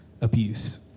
abuse